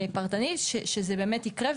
פרטנית שזה באמת יקרה,